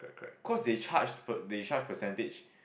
cause they charge per they charge percentage